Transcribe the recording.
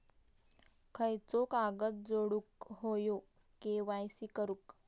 खयचो कागद जोडुक होयो के.वाय.सी करूक?